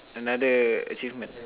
another achievement